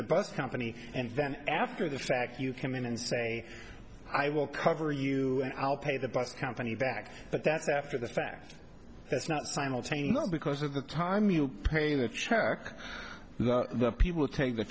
the bus company and then after the fact you come in and say i will cover you and i'll pay the bus company back but that's after the fact that's not simultaneous because of the time you pay the check the people take the